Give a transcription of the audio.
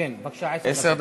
בבקשה, עשר דקות.